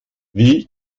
wie